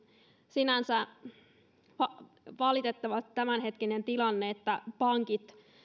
sinänsä on valitettavaa tämänhetkisessä tilanteessa että pankit